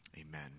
Amen